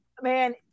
man